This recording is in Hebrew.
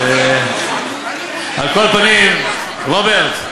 אדוני סיים, לא, אני רוצה, על כל פנים, רוברט,